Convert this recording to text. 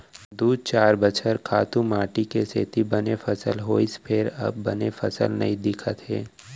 दू चार बछर खातू माटी के सेती बने फसल होइस फेर अब बने फसल नइ दिखत हे